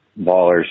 Ballers